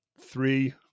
three